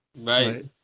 Right